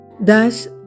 Thus